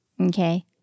Okay